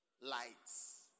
lights